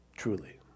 Truly